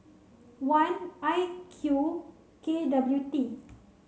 one I Q K W T